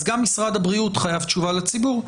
אז גם משרד הבריאות חייב תשובה לציבור.